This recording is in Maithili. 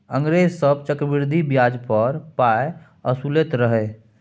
अंग्रेज सभ चक्रवृद्धि ब्याज पर पाय असुलैत रहय